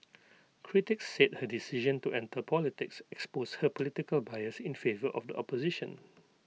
critics said her decision to enter politics exposed her political bias in favour of the opposition